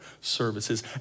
services